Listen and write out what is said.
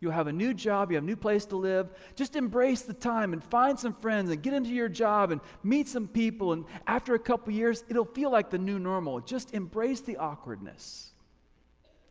you have a new job, you have new place to live. just embrace the time and find some friends and get into your job and meet some people. and after a couple years, it'll feel like the new normal. just embrace the awkwardness